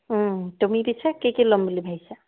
তুমি পিছে কি কি ল'ম বুলি ভাবিছা